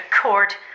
court